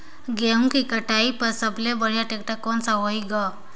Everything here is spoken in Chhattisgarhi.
गहूं के कटाई पर सबले बढ़िया टेक्टर कोन सा होही ग?